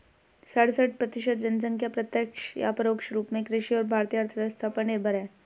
सड़सठ प्रतिसत जनसंख्या प्रत्यक्ष या परोक्ष रूप में कृषि और भारतीय अर्थव्यवस्था पर निर्भर है